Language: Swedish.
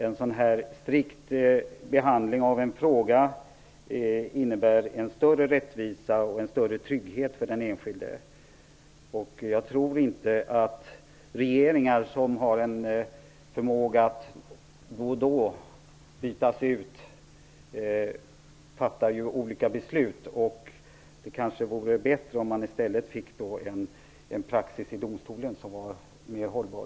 En sådan strikt behandling av en fråga innebär större rättvisa och större trygghet för den enskilde. Regeringar som då och då kan bytas ut fattar ju olika beslut. Det vore kanske bättre om det bildades en praxis av domstolen som vore mera hållbar.